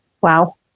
Wow